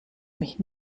mich